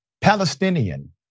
Palestinian